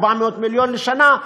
400 מיליון לשנה,